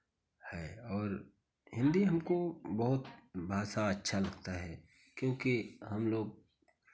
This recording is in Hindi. है और हिन्दी हमको बहुत भाषा अच्छा लगता है क्योंकि हम लोग